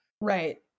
Right